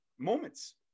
moments